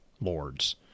Lords